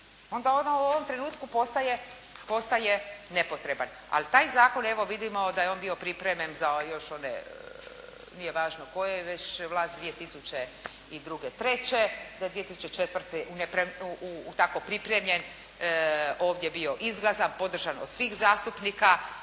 Onda on u ovom trenutku postaje nepotreban. Ali taj zakon, evo vidimo da je on bio pripremljen za još one, nije važno koje, već vlast 2002., 2003., da je 2004. tako pripremljen ovdje bio izglasan, podržan od svih zastupnika,